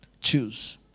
Choose